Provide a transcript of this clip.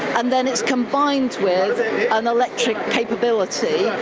and then it's combined with an electric capability.